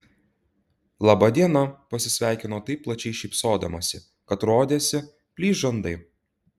laba diena pasisveikino taip plačiai šypsodamasi kad rodėsi plyš žandai